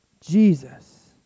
Jesus